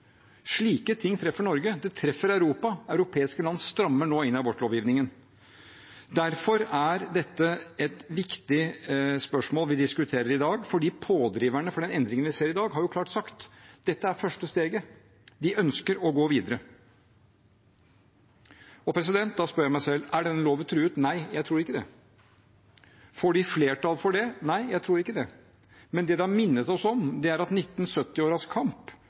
Slike ting treffer Norge, det treffer Europa; europeiske land strammer nå inn i abortlovgivningen. Derfor er det et viktig spørsmål vi diskuterer i dag, for pådriverne for den endringen vi ser i dag, har klart sagt at dette er første steget, de ønsker å gå videre. Da spør jeg meg: Er denne loven truet? Nei, jeg tror ikke det. Får de flertall for det? Nei, jeg tror ikke det. Men det har minnet oss om at 1970-årenes kamp og resultatet derfra ikke er en kamp